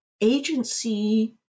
agency